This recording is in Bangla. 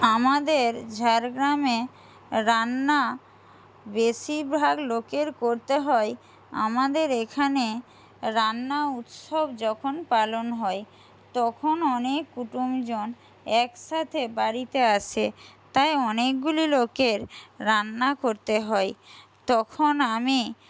আমাদের ঝাড়গ্রামে রান্না বেশিরভাগ লোকের করতে হয় আমাদের এখানে রান্না উৎসব যখন পালন হয় তখন অনেক কুটুমজন একসাথে বাড়িতে আসে তাই অনেকগুলি লোকের রান্না করতে হয় তখন আমি